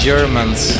Germans